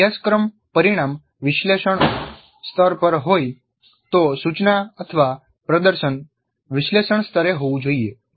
જો અભ્યાસક્રમ પરિણામ વિશ્લેષણ સ્તર પર હોય તો સૂચનાપ્રદર્શન વિશ્લેષણ સ્તરે હોવું જોઈએ